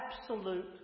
absolute